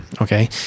Okay